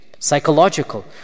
Psychological